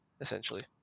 essentially